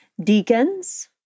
Deacons